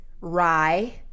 rye